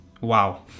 Wow